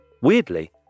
Weirdly